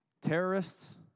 terrorists